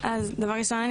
אז דבר ראשון,